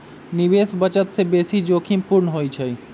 निवेश बचत से बेशी जोखिम पूर्ण होइ छइ